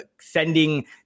sending